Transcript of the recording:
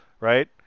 Right